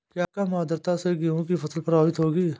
क्या कम आर्द्रता से गेहूँ की फसल प्रभावित होगी?